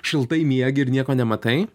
šiltai miegi ir nieko nematai